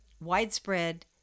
widespread